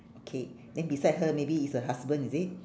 okay then beside her maybe is her husband is it